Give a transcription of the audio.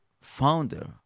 founder